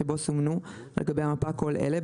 שבו סומנו על גבי המפה כל אלה,